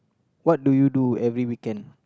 what do you do every weekend